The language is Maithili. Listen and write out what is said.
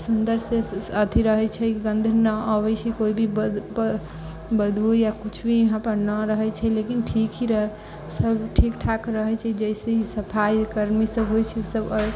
सुन्दरसँ अथि रहैत छै गन्ध न अबैत छै कोइ भी बद बदबू या कुछ भी यहाँपर न रहैत छै लेकिन ठीक ही रह सभ ठीक ठाक रहैत छै जैसे ही सफाइकर्मी सभ होइत छै सभ